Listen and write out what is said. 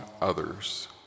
others